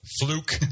fluke